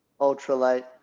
ultralight